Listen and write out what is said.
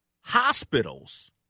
hospitals